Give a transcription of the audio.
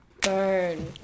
Burn